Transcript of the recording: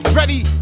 ready